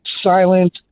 silent